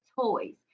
toys